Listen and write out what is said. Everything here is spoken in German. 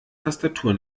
tastatur